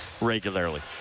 regularly